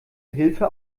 hilfe